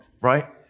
right